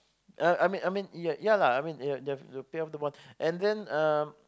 uh I mean I mean ya ya lah you have to pay off the bond and then um